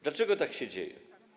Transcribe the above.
Dlaczego tak się dzieje?